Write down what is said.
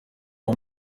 uwo